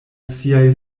siaj